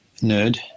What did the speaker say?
nerd